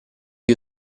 gli